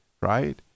right